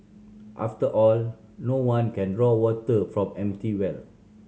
after all no one can draw water from an empty well